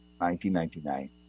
1999